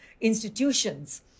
institutions